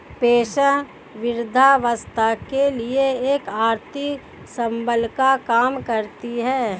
pension वृद्धावस्था के लिए एक आर्थिक संबल का काम करती है